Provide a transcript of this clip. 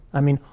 i mean,